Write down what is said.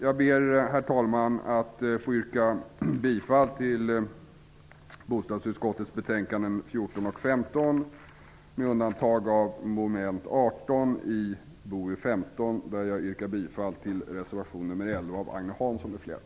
Jag ber, herr talman, att få yrka bifall till bostadsutskottets betänkanden nr 14 och 15,med undantag av mom. 18 i BoU15 där jag yrkar bifall till reservation nr 11 av Agne Hansson m.fl.